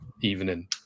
evening